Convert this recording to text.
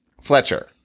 Fletcher